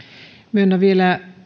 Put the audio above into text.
myönnän vielä